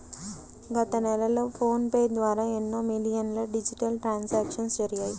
గత నెలలో PhonePe ద్వారా ఎన్నో మిలియన్ల డిజిటల్ ట్రాన్సాక్షన్స్ జరిగాయి